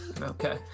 Okay